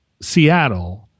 Seattle –